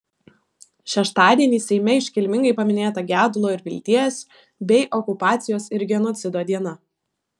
šeštadienį seime iškilmingai paminėta gedulo ir vilties bei okupacijos ir genocido diena